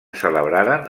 celebraren